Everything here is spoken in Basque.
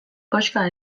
koxka